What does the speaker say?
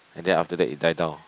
and then after that it die down